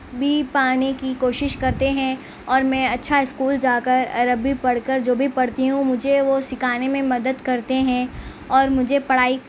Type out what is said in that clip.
بھی پانے کی کوشش کرتے ہیں اور میں اچھا اسکول جا کر عربی پڑھ کر جو بھی پڑھتی ہوں مجھے وہ سکھانے میں مدد کرتے ہیں اور مجھے پڑھائی